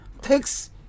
takes